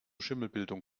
schimmelbildung